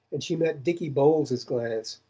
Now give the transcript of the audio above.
and she met dicky bowles's glance,